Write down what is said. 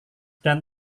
dan